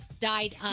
died